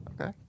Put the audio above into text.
Okay